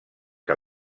que